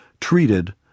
treated